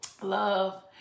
Love